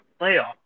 playoff